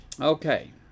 Okay